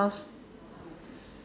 house